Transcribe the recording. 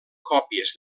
còpies